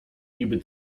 niby